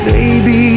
Baby